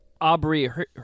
Aubrey